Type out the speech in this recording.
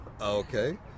Okay